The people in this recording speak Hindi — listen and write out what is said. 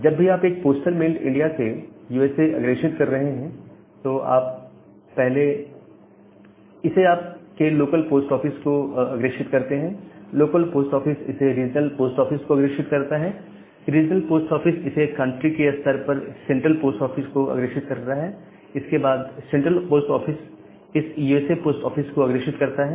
जब भी आप एक पोस्टल मेल इंडिया से यूएसए अग्रेषित कर रहे हो तो आप पहले इसे आप के लोकल पोस्ट ऑफिस को अग्रेषित करते हैं लोकल पोस्ट ऑफिस इसे रीजनल पोस्ट ऑफिस को अग्रेषित करता है रीजनल पोस्ट ऑफिस इसे कंट्री के स्तर पर सेंट्रल पोस्ट ऑफिस को अग्रेषित करता है इसके बाद सेंट्रल पोस्ट ऑफिस इस यू एस ए पोस्ट को अग्रेषित करता है